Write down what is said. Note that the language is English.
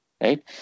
right